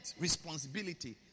responsibility